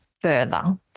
further